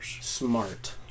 Smart